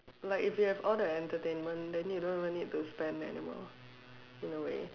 like if you have all the entertainment then you don't even need to spend anymore in a way